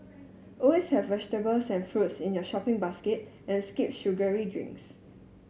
always have vegetables and fruits in your shopping basket and skip sugary drinks